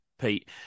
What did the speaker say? Pete